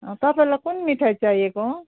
अँ तपाईँलाई कुन मिठाई चाहि एको